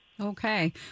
okay